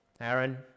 Aaron